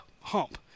hump